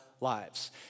lives